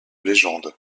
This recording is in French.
légende